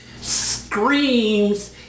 Screams